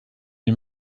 wie